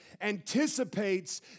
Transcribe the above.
anticipates